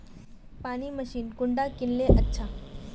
पानी मशीन कुंडा किनले अच्छा?